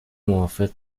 موافق